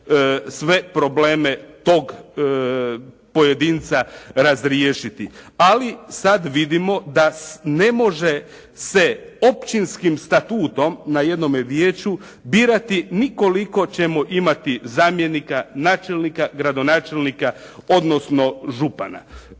sve probleme tog pojedinca razriješiti. Ali sada vidimo da ne može se općinskim statutom na jednome vijeću birati ni koliko ćemo imati zamjenika, načelnika, gradonačelnika, odnosno župana.